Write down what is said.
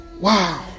Wow